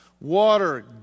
water